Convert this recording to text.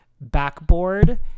backboard